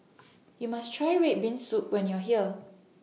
YOU must Try Red Bean Soup when YOU Are here